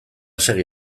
segi